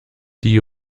die